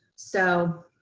so